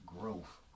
growth